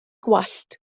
gwallt